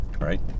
right